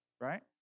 right